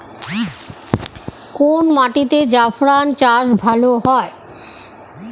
কোন মাটিতে জাফরান চাষ ভালো হয়?